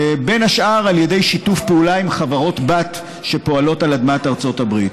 בין השאר על ידי שיתוף פעולה עם חברות-בת שפועלות על אדמת ארצות הברית,